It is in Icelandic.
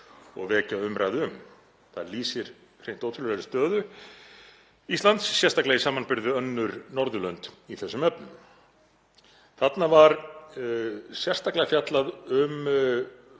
og vekja umræðu um. Það lýsir hreint ótrúlegri stöðu Íslands, sérstaklega í samanburði við önnur Norðurlönd, í þessum efnum. Þarna var sérstaklega fjallað um